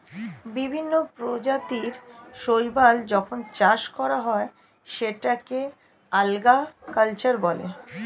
বিভিন্ন প্রজাতির শৈবাল যখন চাষ করা হয় সেটাকে আল্গা কালচার বলে